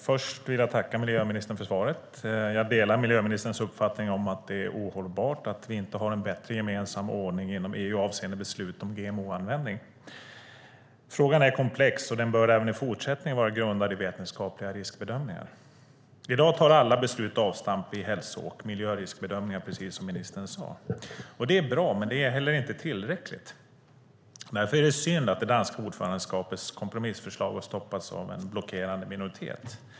Fru talman! Jag tackar miljöministern för svaret. Jag delar miljöministerns uppfattning att det är ohållbart att vi inte har en bättre gemensam ordning inom EU avseende beslut om GMO-användning. Frågan är komplex och den bör även i fortsättningen vara grundad i vetenskapliga riskbedömningar. I dag tar alla beslut avstamp i hälso och miljöriskbedömningar, precis som ministern sade. Det är bra, men det är inte tillräckligt. Därför är det synd att det danska ordförandeskapets kompromissförslag har stoppats av en blockerande minoritet.